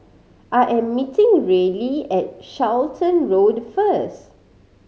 I am meeting Reilly at Charlton Road first